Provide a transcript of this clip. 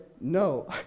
no